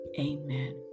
Amen